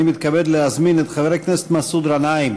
אני מתכבד להזמין את חבר הכנסת מסעוד גנאים